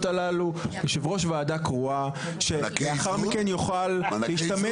הללו יושב ראש ועדה קרואה שלאחר מכן יוכל להשתמש